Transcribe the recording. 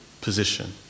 position